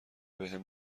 بهم